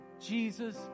Jesus